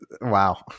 Wow